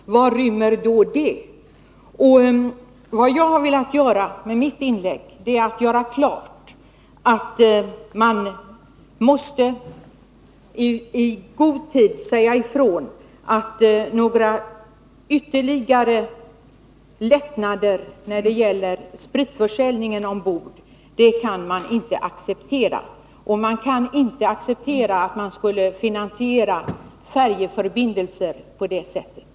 Vad rymmer då detta? Jag avsåg med mitt inlägg att göra klart att man i god tid måste säga ifrån att man inte kan acceptera några ytterligare lättnader i spritförsäljningen ombord. Man kan inte heller acceptera att färjeförbindelser skall finansieras genom skattefri spritförsäljning.